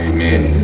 Amen